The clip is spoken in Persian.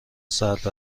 سرد